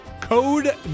code